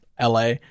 la